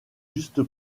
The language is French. juste